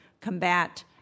combat